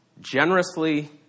generously